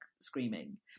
screaming